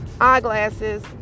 eyeglasses